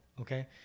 Okay